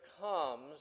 comes